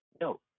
No